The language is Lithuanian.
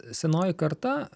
senoji karta